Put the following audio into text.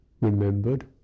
remembered